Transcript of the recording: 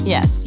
Yes